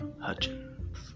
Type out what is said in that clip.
Hutchins